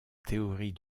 théorie